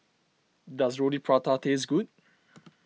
does Roti Prata taste good